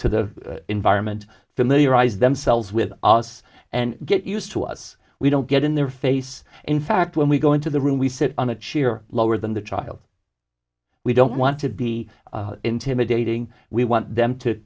to the environment familiarize themselves with us and get used to us we don't get in their face in fact when we go into the room we sit on a chair lower than the child we don't want to be intimidating we want them to